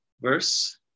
verse